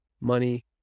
money